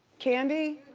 candy?